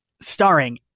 starring